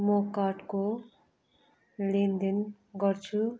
म कार्डको लेनदेन गर्छु